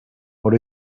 what